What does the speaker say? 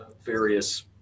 various